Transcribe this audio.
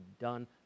done